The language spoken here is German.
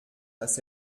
dass